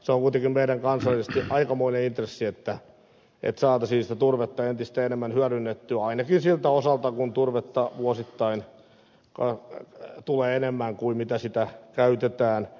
se on kuitenkin meille kansallisesti aikamoinen intressi että saataisiin turvetta entistä enemmän hyödynnettyä ainakin siltä osalta kuin turvetta vuosittain tulee enemmän kuin sitä käytetään